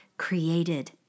Created